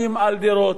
שמוטלים על דירות.